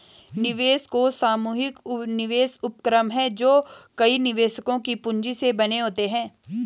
निवेश कोष सामूहिक निवेश उपक्रम हैं जो कई निवेशकों की पूंजी से बने होते हैं